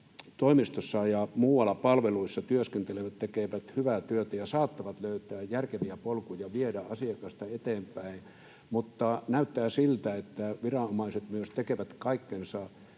Työvoimatoimistoissa ja muualla palveluissa työskentelevät tekevät hyvää työtä ja saattavat löytää järkeviä polkuja viedä asiakasta eteenpäin, mutta näyttää siltä, että viranomaiset myös tekevät kaikkensa